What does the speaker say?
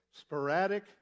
sporadic